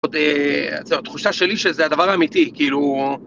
זאת התחושה שלי שזה הדבר האמיתי, כאילו...